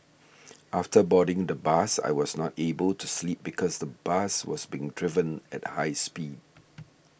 after boarding the bus I was not able to sleep because the bus was being driven at high speed